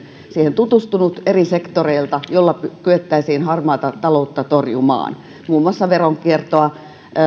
siihen tutustunut siinä on kolmastoista kohtaa eri sektoreilta joilla kyettäisiin harmaata taloutta torjumaan muun muassa veronkiertoa